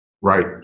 right